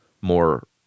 more